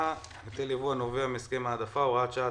(היטל יבוא הנובע מהסכם העדפה) (הוראת שעה),